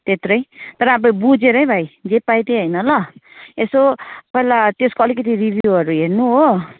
त्यत्रै तर अब बुझेर है भाइ जे पायो त्यही होइन ल यसो पहिला त्यसको अलिकति रिभ्युहरू हेर्नु हो